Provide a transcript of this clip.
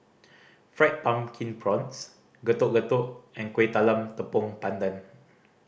Fried Pumpkin Prawns Getuk Getuk and Kuih Talam Tepong Pandan